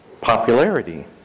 popularity